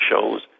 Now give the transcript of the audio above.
shows